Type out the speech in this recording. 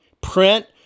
print